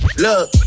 Look